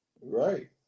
Right